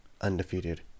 undefeated